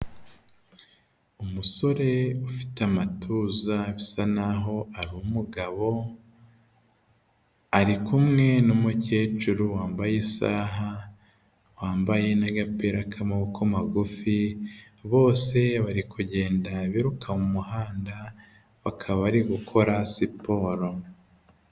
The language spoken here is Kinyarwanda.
Umusore ufite amatuza bisa n'aho ari umugabo, ari kumwe n'umukecuru wambaye isaha wambaye n'agapira k'amaboko magufi, bose bari kugenda biruka mu muhanda bakaba bari gukora siporo.